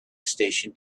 station